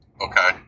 Okay